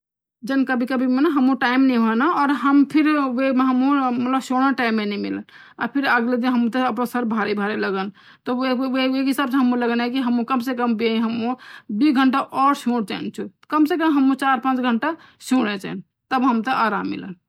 जन कभी कभी हम माँ जन टाइम नई हौंडा फिर वे माँ हम जनन सोना टाइम हे नई मिलन फिर अगला दिन सर भारी भारी लगदु फिर हम सोचन लगदा की काम से काम दो घंटा और सोइ चेंडू काम से कम चार पांच घंटा सोडे चेंडू तब्ब हुमते आराम मिलन